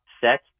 set